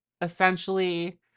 essentially